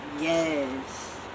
yes